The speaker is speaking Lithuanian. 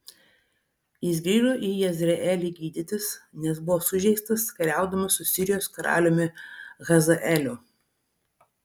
jis grįžo į jezreelį gydytis nes buvo sužeistas kariaudamas su sirijos karaliumi hazaeliu